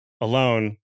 alone